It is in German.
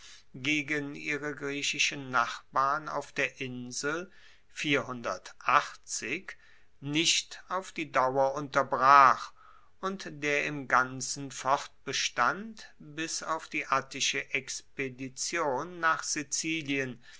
gegen ihre griechischen nachbarn auf der insel nicht auf die dauer unterbrach und der im ganzen fortbestand bis auf die attische expedition nach sizilien